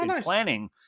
planning